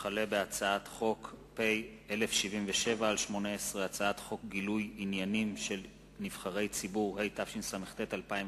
הצעת חוק פנסיה לכל עובד, התשס”ט 2009,